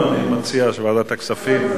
אני מציע ועדת הכספים,